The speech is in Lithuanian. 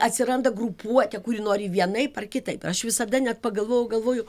atsiranda grupuotė kuri nori vienaip ar kitaip aš visada net pagalvoju galvoju